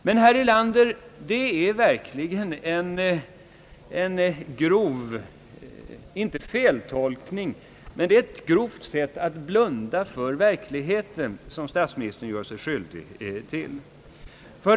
Men, herr Erlander, det är verkligen en grov — inte förolämpning, men ett grovt sätt att blunda för verkligheten som statsministern här gör sig skyldig till.